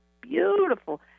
beautiful